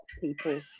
people